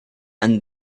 and